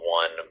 one